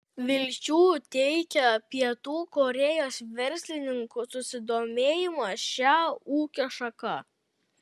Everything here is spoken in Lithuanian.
vilčių teikia pietų korėjos verslininkų susidomėjimas šia ūkio šaka